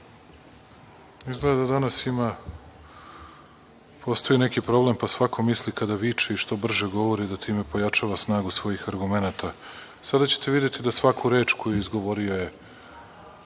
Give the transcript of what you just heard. izgleda da danas postoji neki problem pa svako misli kada viče i što brže govori da time pojačava snagu svojih argumenata. Sada ćete videti da je svaka reč koju je izgovorio, ja